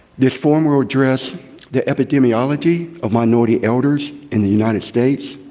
this forum will address the epidemiology of minority elders in the united states,